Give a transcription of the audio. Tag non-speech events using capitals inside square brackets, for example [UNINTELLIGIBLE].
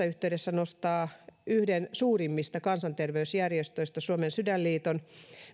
[UNINTELLIGIBLE] yhteydessä nostaa yhden suurimmista kansanterveysjärjestöistä suomen sydänliiton